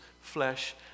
flesh